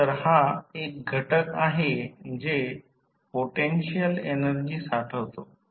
तर हा एक घटक आहे जे पोटेन्शियल एनर्जी साठवतो